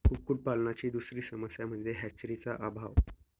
कुक्कुटपालनाची दुसरी समस्या म्हणजे हॅचरीचा अभाव